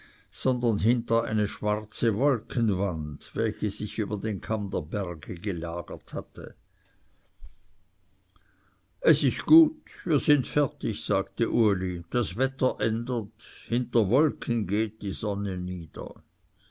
sondern hinter eine schwarze wolkenwand welche sich über den kamm der berge gelagert hatte es ist gut sind wir fertig sagte uli das wetter ändert hinter wolken geht die sonne nieder